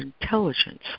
intelligence